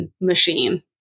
machine